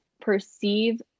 perceive